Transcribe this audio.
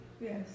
Yes